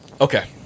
Okay